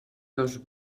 dos